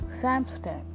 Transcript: Samstag